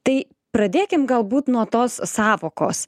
tai pradėkim galbūt nuo tos sąvokos